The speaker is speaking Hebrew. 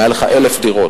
אם היו לך 1,000 דירות,